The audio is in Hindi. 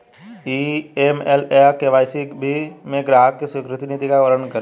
ए.एम.एल या के.वाई.सी में ग्राहक स्वीकृति नीति का वर्णन करें?